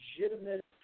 legitimate